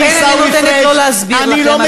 לכן אני נותנת לו להסביר לכם, אז אל תפריעו לי.